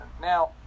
now